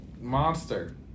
monster